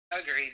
Agreed